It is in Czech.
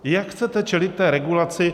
Jak chcete čelit té regulaci?